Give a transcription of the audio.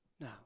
Now